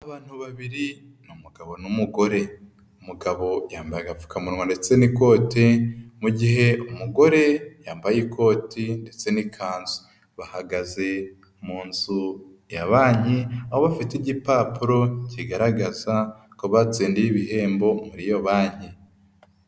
Abantu babiri umugabo n'umugore, umugabo yambaye agapfukamunwa ndetse n'ikote, mu gihe umugore yambaye ikoti ndetse n'ikanzu, bahagaze mu nzuya banki, aho bafite igipapuro kigaragaza ko batsindiye ibihembo muri iyo banki.